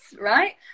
right